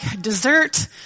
dessert